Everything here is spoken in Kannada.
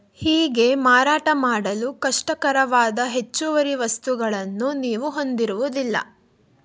ಹೀಗೆ ಮಾರಾಟ ಮಾಡಲು ಕಷ್ಟಕರವಾದ ಹೆಚ್ಚುವರಿ ವಸ್ತುಗಳನ್ನು ನೀವು ಹೊಂದಿರುವುದಿಲ್ಲ